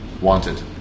Wanted